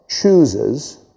chooses